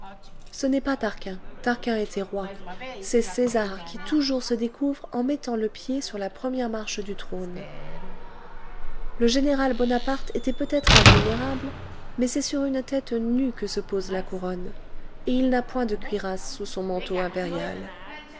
ce n'est pas tarquin tarquin était roi c'est césar qui toujours se découvre en mettant le pied sur la première marche du trône le général bonaparte était peut-être invulnérable mais c'est sur une tête nue que se pose la couronne et il n'a point de cuirasse sous son manteau impérial